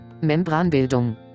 Membranbildung